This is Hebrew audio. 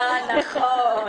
אני רוצה להזכיר,